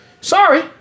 Sorry